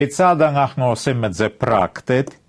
כיצד אנחנו עושים את זה פרקטית.